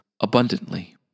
abundantly